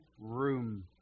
room